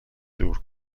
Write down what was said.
دور